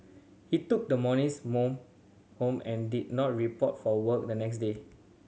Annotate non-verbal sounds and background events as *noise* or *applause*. he took the monies *unintelligible* home and did not report for work the next day